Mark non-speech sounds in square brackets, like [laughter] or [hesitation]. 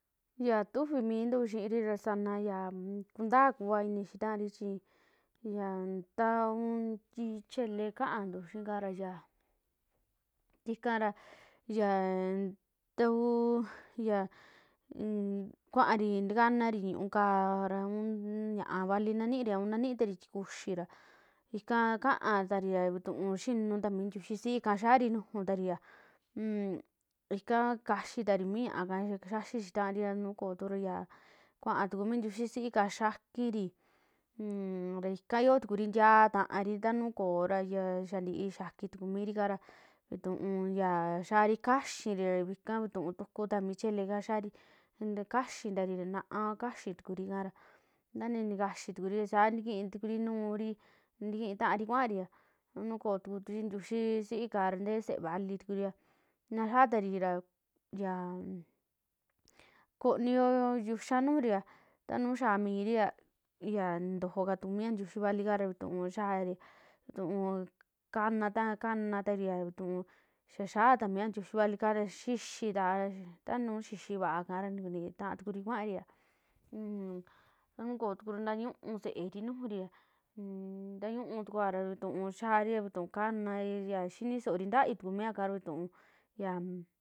Ya tufii minuto xi'iri ra sana, ya kuntaa kua ini xi'i tari chi ya ta uun chele kaantu xii kaa ra, ya tikara yaaa takuu [hesitation] kuari ntakanari ñu'u kaa ra un ñaa'a vali na niiri'a un na niiri tikuxii ika ka'atarı ra vi tu'u xinuu ta ntiuxi si'í ka kuxari nujuri ra [hesitation] ika kaxii tari mi ñaa ikaa, xaxi xii tari, nuj kootu kuaa ntiuxi si'íka xakiiri [hesitation] ikaa yoo tukuri ntiaa ntaari, ta nuju koo ra yantii tuku xakii mi ri kaa ra, vituun xaari kaxiirira, ika vitu'u tukuu ta mi chele kaa ra kixari kaxiitarira na'a kaxitukuriikara, tantii nikaxiiri sa ntakiituri nuuri ntiki taari kuaari'a, nuu ko'o tuku ntiuxii si'í kaa ntee se'ee valitukuria na yaa tari ra [hesitation] konio yuxaa nujuria taa nujuu xaa miiri a ya nintojo ka tu mia ntiuxi vali kaara vituun xarii vituun kanataa kanatari vituun xa xaa mia ntiuxi valika ra xixitaa, taa nuu xixivaa natkii taatukuri kuaari'a [hesitation] nuu kootura ntañuu seeri nujuria [hesitation] ntañuutuva ra xiaari vituu kanaaa xini soori ntayuu tukumia ika ra vituu yaa.